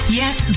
yes